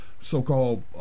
so-called